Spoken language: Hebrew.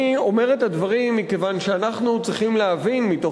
אומר את הדברים מכיוון שאנחנו צריכים להבין מתוך